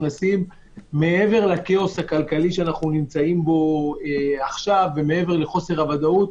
מעבר לכאוס הכלכלי שאנחנו נמצאים בו עכשיו ומעבר לחוסר הוודאות,